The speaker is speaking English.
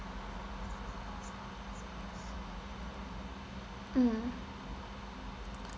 mm